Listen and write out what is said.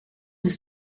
his